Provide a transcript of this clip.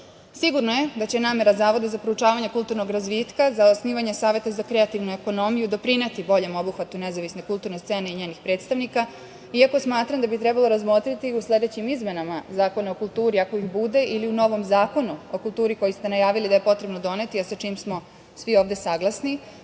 korpusa. Sigurno je da će namera Zavoda za proučavanje kulturnog razvitka za osnivanje Saveta za kreativno ekonomiju doprineti boljem obuhvatu nezavisne kulturne scene i njenih predstavnika, iako smatram da bi trebalo razmotriti u sledećim izmenama Zakona o kulturi, ako ih bude, ili u novom zakonu o kulturi koji ste najavili da je potrebno doneti, a sa čim smo svi ovde saglasni,